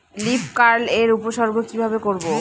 Leaf curl এর উপসর্গ কিভাবে করব?